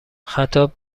خطاب